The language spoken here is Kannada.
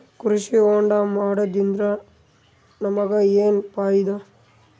ಕೃಷಿ ಹೋಂಡಾ ಮಾಡೋದ್ರಿಂದ ನಮಗ ಏನ್ ಫಾಯಿದಾ?